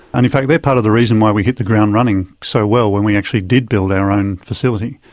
and in fact they are part of the reason why we hit the ground running so well when we actually did build our own facility.